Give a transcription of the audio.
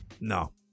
No